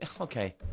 Okay